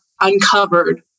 uncovered